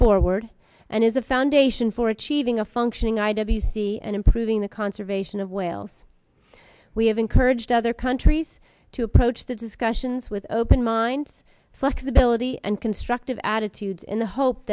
forward and is a foundation for achieving a functioning i w c and improving the conservation of wales we have encouraged other countries to approach the discussions with open minds flexibility and constructive attitudes